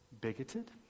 bigoted